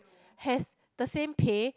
has the same pay